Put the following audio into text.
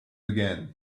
again